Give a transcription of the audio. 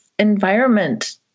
environment